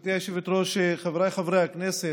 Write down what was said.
גברתי היושבת-ראש, חבריי חברי הכנסת,